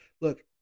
look